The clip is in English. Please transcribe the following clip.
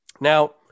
Now